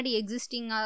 existing